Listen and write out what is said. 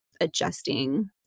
adjusting